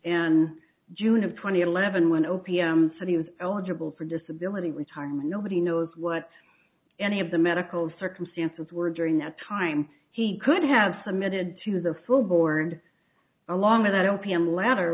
and june of two thousand and eleven when o p m said he was eligible for disability retirement nobody knows what any of the medical circumstances were during that time he could have submitted to the full bore and along with that o